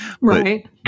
Right